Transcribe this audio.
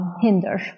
hinder